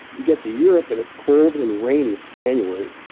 you get to europe, and it's cold and rainy. it's january.